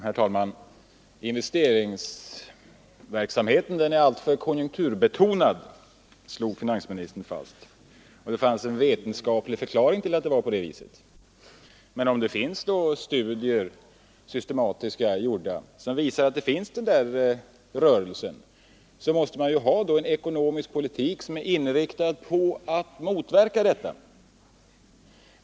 Herr talman! Investeringsverksamheten är alltför konjunkturbetonad, slog finansministern fast, och det finns, sade han, en vetenskaplig förklaring till att det är på det viset. Men om det har gjorts systematiska studier som visar att den där rörelsen finns, då visar det ju samtidigt att man måste ha en ekonomisk politik som är inriktad på att motverka denna utveckling.